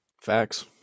facts